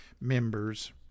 members